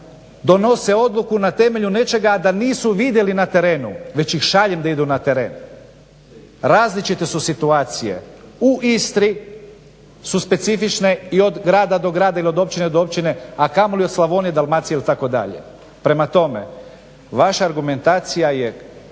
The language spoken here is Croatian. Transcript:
donose odluku na temelju nečega a da nisu vidjeli na terenu, već ih šaljem da idu na teren. Različite su situacije u Istri su specifične i od grada do grada, ili od općine do općine a kamoli od Slavonije, Dalmacije itd. Prema tome, vaša argumentacija je